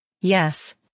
Yes